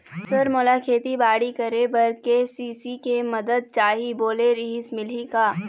Sir मोला खेतीबाड़ी करेबर के.सी.सी के मंदत चाही बोले रीहिस मिलही का?